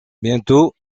bientôt